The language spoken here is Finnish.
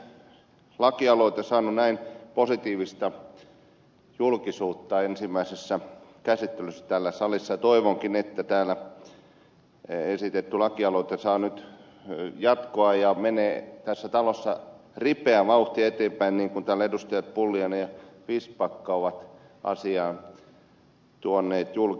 harvoin on lakialoite saanut näin positiivista julkisuutta ensimmäisessä käsittelyssä täällä salissa ja toivonkin että täällä esitetty laki aloite saa nyt jatkoa ja menee tässä talossa ripeää vauhtia eteenpäin niin kuin täällä edustajat pulliainen ja vistbacka ovat asiaa tuoneet julki